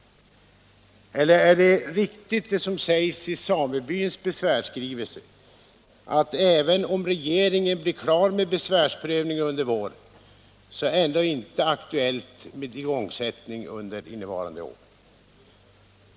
Eller är det riktigt som det sägs i samebyns besvärsskrivelse, att även om regeringen blir klar med besvärsprövningen under våren så är det ändå inte aktuellt med igångsättning under innevarande år?